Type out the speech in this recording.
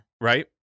Right